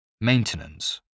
maintenance